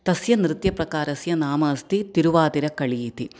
तस्य नृत्यप्रकारस्य नाम अस्ति तिरुवातिरकळि इति